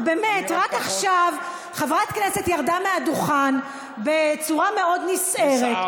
רק עכשיו חברת כנסת ירדה מהדוכן בצורה מאוד נסערת.